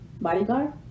bodyguard